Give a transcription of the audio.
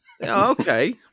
okay